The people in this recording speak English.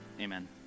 Amen